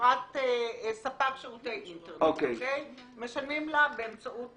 חברת ספק שירותי אינטרנט משלמים לה באמצעות